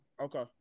Okay